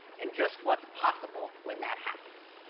and just what's possible when that happens.